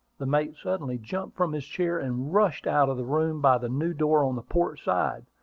the mate suddenly jumped from his chair, and rushed out of the room by the new door on the port side.